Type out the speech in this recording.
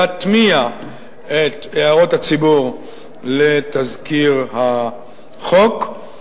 להטמיע את הערות הציבור לתזכיר החוק,